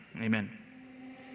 amen